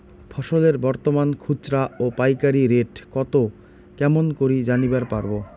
ফসলের বর্তমান খুচরা ও পাইকারি রেট কতো কেমন করি জানিবার পারবো?